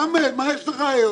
חמד, מה יש לך היום?